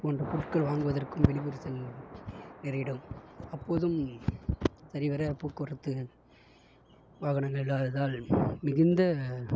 போன்ற பொருட்கள் வாங்குவதற்கும் வெளியூர் செல்லும் நேரிடும் அப்போதும் சரிவர போக்குவரத்து வாகனம் இல்லாததால் மிகுந்த